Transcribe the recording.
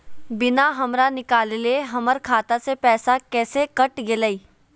बिना हमरा निकालले, हमर खाता से पैसा कैसे कट गेलई?